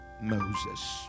moses